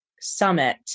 summit